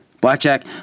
Blackjack